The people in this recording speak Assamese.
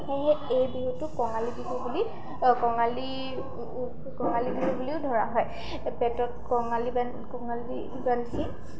সেয়েহে এই বিহুটো কঙালী বিহু বুলি কঙালী কঙালী বিহু বুলিও ধৰা হয় পেটত কঙালী কঙালী বান্ধি